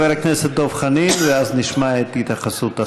חבר הכנסת דב חנין, ואז נשמע את התייחסות השרה.